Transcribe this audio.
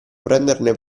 prenderne